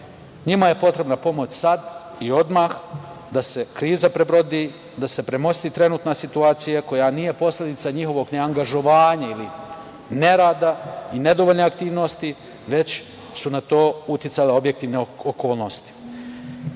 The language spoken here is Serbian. Njima je potrebna pomoć sad i odmah, da se kriza prebrodi, da se premosti trenutna situacija koja nije posledica njihovog neangažovanja ili nerada i nedovoljne aktivnosti, već su na to uticale objektivne okolnosti. Dva